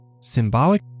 symbolic